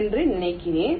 என்று நினைக்கிறேன்